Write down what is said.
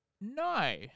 no